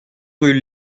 rue